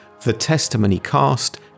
thetestimonycast